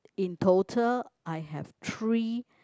in total I have three